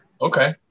Okay